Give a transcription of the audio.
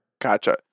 Gotcha